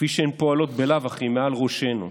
כפי שהן פועלות בלאו הכי מעל ראשנו,